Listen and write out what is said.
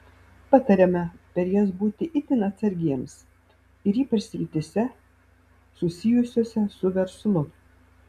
patariama per jas būti itin atsargiems ir ypač srityse susijusiose su verslu